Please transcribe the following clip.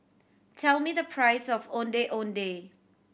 tell me the price of Ondeh Ondeh